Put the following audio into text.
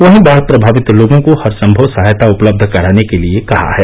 वहीं बाढ प्रभावित लोगों को हर संभव सहायता उपलब्ध कराने के लिए कहा है